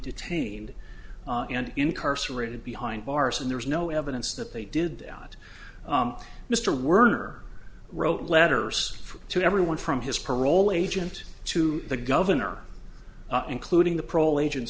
detained and incarcerated behind bars and there's no evidence that they did not mr werner wrote letters to everyone from his parole agent to the governor including the proliferation